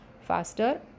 faster